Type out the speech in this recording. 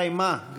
הסתיימה.